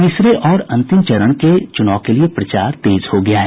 तीसरे और अंतिम चरण के लिए चुनाव प्रचार तेज हो गया है